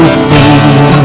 see